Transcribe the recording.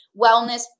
wellness